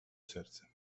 серця